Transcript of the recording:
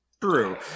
True